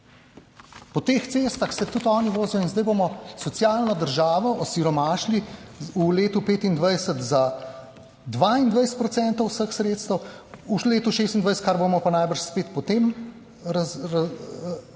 Po teh cestah se tudi oni vozijo. In zdaj bomo socialno državo osiromašili v letu 2025 za 22 % vseh sredstev, v letu 2026, kar bomo pa najbrž spet potem razpravljali